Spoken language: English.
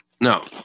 No